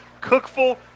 Cookful